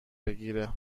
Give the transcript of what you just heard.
بگیره